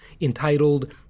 entitled